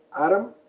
adam